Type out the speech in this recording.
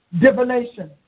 Divination